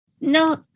No